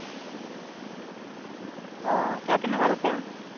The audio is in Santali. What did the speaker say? ᱚᱸᱻ ᱪᱟᱹᱛ ᱨᱮᱱᱟᱜ ᱵᱟᱨᱚ ᱛᱮᱨᱚ